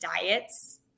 diets